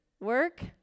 work